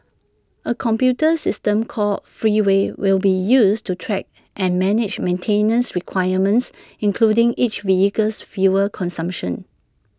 A computer system called Freeway will be used to track and manage maintenance requirements including each vehicle's fuel consumption